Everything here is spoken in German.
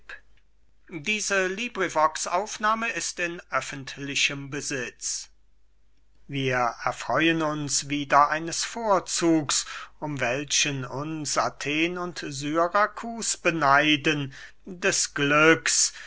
an aristipp wir erfreuen uns wieder eines vorzugs um welchen uns athen und syrakus beneiden des glücks